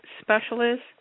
specialist